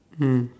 mm